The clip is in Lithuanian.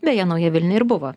beje nauja vilnia ir buvo